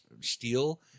steel